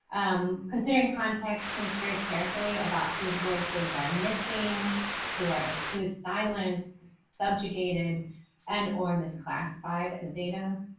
considering context think very carefully about whose voices are missing who are who was silenced subjugated and or miss classified and the data.